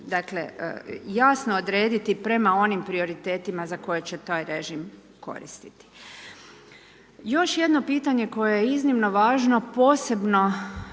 dakle, jasno odrediti prema onim prioritetima za koje će taj režim koristiti. Još jedno pitanje koje je iznimno važno, posebno